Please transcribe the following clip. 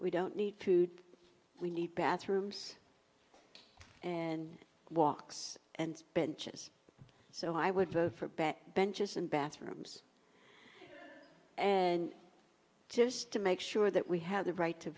we don't need food we need bathrooms and walks and benches so i would vote for back benches and bathrooms and just to make sure that we have the right to